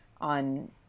on